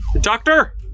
Doctor